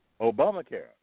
Obamacare